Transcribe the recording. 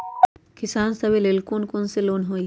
किसान सवे लेल कौन कौन से लोने हई?